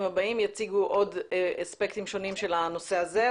הבאים יציגו עוד אספקטים שונים של הנושא הזה.